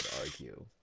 argue